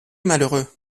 malheureux